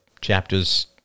chapters